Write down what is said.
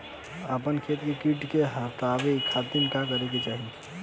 अपना खेत से कीट के हतावे खातिर का करे के चाही?